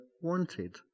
wanted